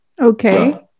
Okay